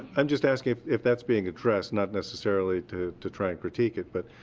i'm just asking if if that's being addressed, not necessarily to to try and critique it. but,